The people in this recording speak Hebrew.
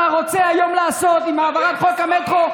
רוצה לעשות היום עם העברת חוק המטרו,